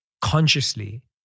consciously